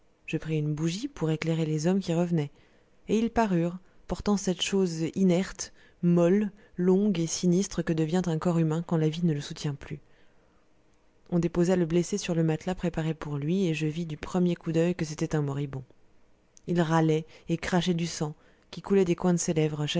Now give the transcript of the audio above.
je pris une bougie pour éclairer les hommes qui revenaient et ils parurent portant cette chose inerte molle longue et sinistre que devient un corps humain quand la vie ne le soutient plus on déposa le blessé sur le matelas préparé pour lui et je vis du premier coup d'oeil que c'était un moribond il râlait et crachait du sang qui coulait des coins de